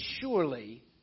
surely